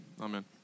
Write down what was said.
amen